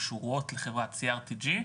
קשורות לחברת CRTG,